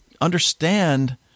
understand